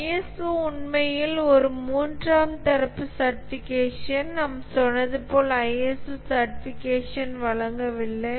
ISO உண்மையில் ஒரு மூன்றாம் தரப்பு சர்ட்டிஃபிகேஷன் நாம் சொன்னது போல் ISO சர்ட்டிஃபிகேஷன் வழங்கவில்லை